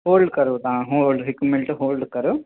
hold करो तव्हां hold हिकु मिनट होल्ड करो